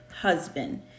husband